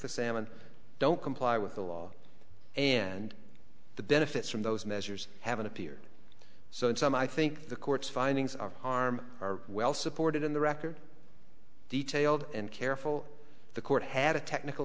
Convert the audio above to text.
the salmon don't comply with the law and the benefits from those measures haven't appeared so in some i think the court's findings are arm are well supported in the record detailed and careful the court had a technical